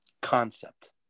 concept